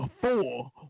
four